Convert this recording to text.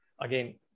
again